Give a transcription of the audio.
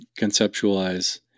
conceptualize